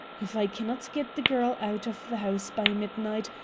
if i cannot get the girl out of the house by midnight,